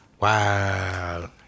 Wow